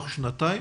תוך שנתיים?